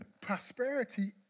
prosperity